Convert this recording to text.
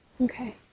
Okay